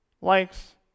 likes